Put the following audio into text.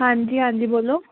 ਹਾਂਜੀ ਹਾਂਜੀ ਬੋਲੋ